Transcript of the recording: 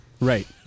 Right